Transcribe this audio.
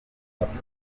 afurika